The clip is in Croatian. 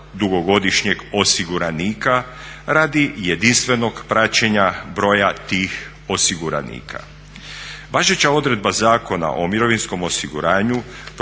dugogodišnjeg osiguranika radi jedinstvenog praćenja broja tih osiguranika.